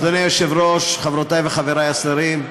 אדוני היושב-ראש, חברותי וחברי השרים,